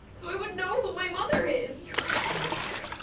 so i would know who my mother is. you have a mother.